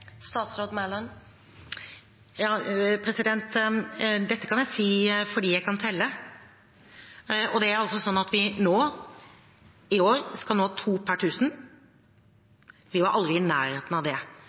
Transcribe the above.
Dette kan jeg si fordi jeg kan telle. Og det er slik at vi nå, i år, skal nå to per tusen. Vi var aldri i nærheten av det